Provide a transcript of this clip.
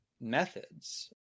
methods